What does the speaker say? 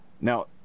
Now